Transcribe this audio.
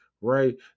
right